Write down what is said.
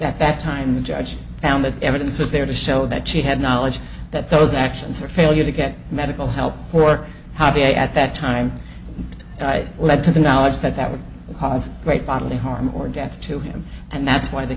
that that time the judge found that evidence was there to show that she had knowledge that those actions or failure to get medical help for how to be at that time i led to the knowledge that that would cause great bodily harm or death to him and that's why the